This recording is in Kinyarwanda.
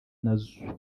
nazo